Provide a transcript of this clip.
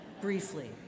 briefly